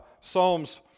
Psalms